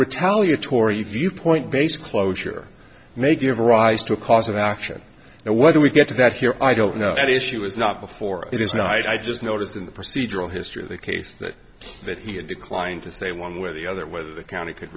retaliatory viewpoint base closure may give rise to a cause of action and whether we get to that here i don't know that issue is not before it is now i just noticed in the procedural history of the case that that he had declined to say one way or the other whether the county could